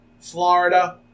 Florida